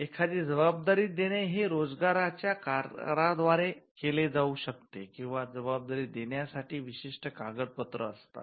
एखादी जबाबदारी देणे हे रोजगाराच्या कराराद्वारे केले जाऊ शकते किंवा जबाबदारी देण्या साठी विशिष्ट कागदपत्र असतात